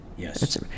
Yes